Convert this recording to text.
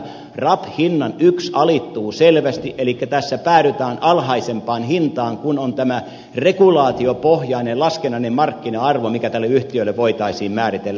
rab hinnan yksi alittuu selvästi elikkä tässä päädytään alhaisempaan hintaan kuin on tämä regulaatiopohjainen laskennallinen markkina arvo mikä tälle yhtiölle voitaisiin määritellä